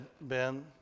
Ben